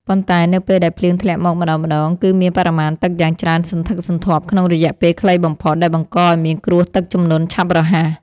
ប៉ុន្តែនៅពេលដែលភ្លៀងធ្លាក់មកម្ដងៗ គឺមានបរិមាណទឹកយ៉ាងច្រើនសន្ធឹកសន្ធាប់ក្នុងរយៈពេលខ្លីបំផុត ដែលបង្កឱ្យមានគ្រោះទឹកជំនន់ឆាប់រហ័ស។